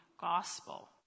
gospel